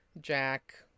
jack